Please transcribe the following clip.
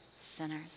sinners